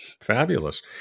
Fabulous